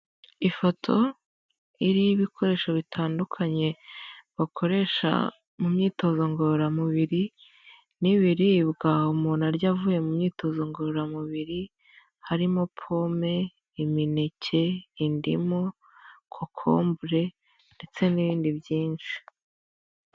Ifoto iriho ibikoresho bitandukanye bakoresha mu myitozo ngororamubiri n'ibiribwa umuntu arya avuye mu myitozo ngororamubiri harimo pome, imineke, indimu, cokombure ndetse n'ibindi byinshi.